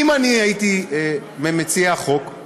יש רשימה ארוכה של